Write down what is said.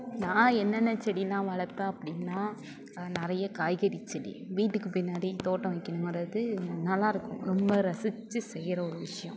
நான் என்னென்ன செடி எல்லாம் வளர்ப்பேன் அப்படின்னா நிறைய காய்கறி செடி வீட்டுக்கு பின்னாடி தோட்டம் வைக்கணுங்கிறது நல்லா இருக்கும் ரொம்ப ரசிச்சு செய்யற ஒரு விஷயம்